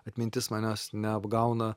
atmintis manęs neapgauna